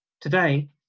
Today